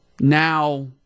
Now